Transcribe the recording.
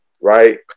right